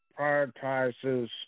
prioritizes